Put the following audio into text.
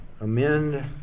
amend